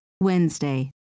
Wednesday